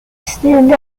stand